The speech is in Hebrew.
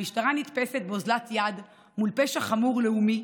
המשטרה נתפסת באוזלת יד מול פשע חמור, לאומי,